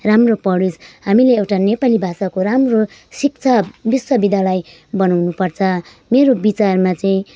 राम्रो पढोस् हामीले एउटा नेपाली भाषाको राम्रो शिक्षा विश्वविद्यालय बनाउनुपर्छ मेरो विचारमा चाहिँ